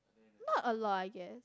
not a lot I guess